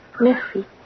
Merci